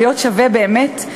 להיות שווה באמת,